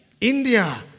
India